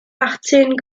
achtzehn